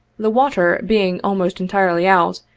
the water being almost entirely out,